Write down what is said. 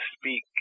speak –